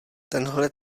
tenhle